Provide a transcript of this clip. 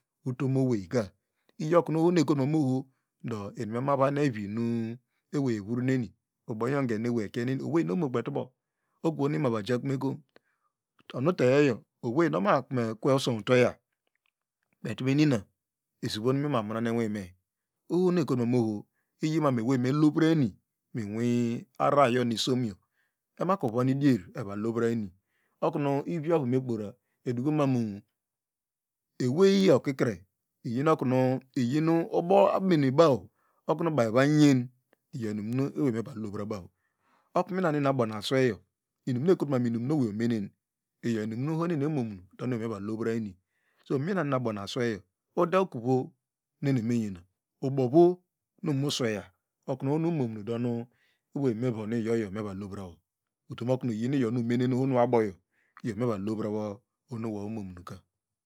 Utomoweuka iyo okunu oho nu ekotu mamu oho do eniemavahine ibinu ewey evurneni ubonyongine owey nu omo kpetubo okwon imvaj akumekom onutegoe oweyna omakne ekwe usow tweya kpeeirubo inina eswo mima munohine inwime oho nu ekotu nun oho iyi ma awey mehova eni inwiei arararyo nu isomyo wmaku bon ideir evolovara eni okunu i isoba mekpora esuko mamnu aweye kikre iyi no kno eyinu ubo abeni baw okunu baw evo nye iyo inumi aweyeva lobra baw okru bana eni asomu asweyo inum uekotoku minwim oraye omene iyo inumu ohonu eni emomunu awey nu a lobra eni oso mina nu eni abo na asweyo udo okueo nu enievo enuma ubovo nu asweyo nu ohonumomenudom ewey ewey me von iyo yo eva lobrawo utomokunu iyi nu iyo nu umenene ohonu iyo aboyo nu evo lobrawo ohonu nu umomunuka